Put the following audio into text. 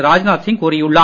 ராஜ்நாத் சிங் கூறியுள்ளார்